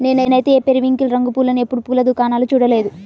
నేనైతే ఈ పెరివింకిల్ రంగు పూలను ఎప్పుడు పూల దుకాణాల్లో చూడలేదు